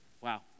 Wow